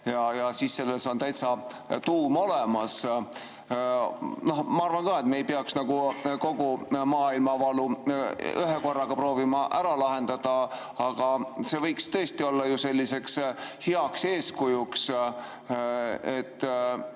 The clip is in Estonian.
siis on selles tuum täitsa olemas. Ma arvan ka, et me ei peaks kogu maailmavalu ühekorraga proovima ära lahendada, aga see võiks tõesti olla ju selliseks heaks eeskujuks, et